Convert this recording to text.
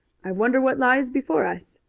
i wonder what lies before us.